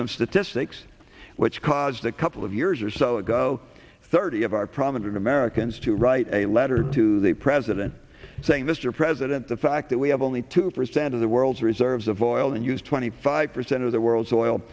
some statistics which caused a couple of years or so ago thirty of our prominent americans to write a letter to the president saying mr president the fact that we have only two percent of the world's reserves of oil and use twenty five percent of the world's oil